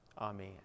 Amen